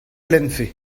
lennfe